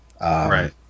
Right